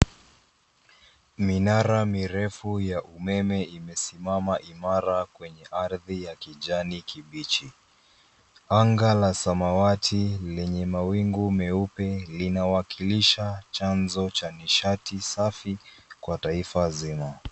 Minara mirefu ya umeme imesimama imara kwenye ardhi ya kijani kibichi. Anga la samawati lenye mawingu meupe linawakilisha chanzo cha nishati safi kwa taifa zima.